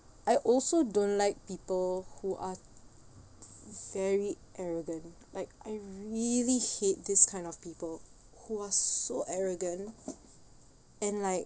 I also don't like people who are very arrogant like I really hate this kind of people who are so arrogant and like